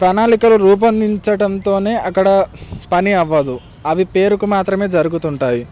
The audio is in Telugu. ప్రణాళికలు రూపొందించటంతోనే అక్కడ పని అవ్వదు అవి పేరుకు మాత్రమే జరుగుతుంటాయి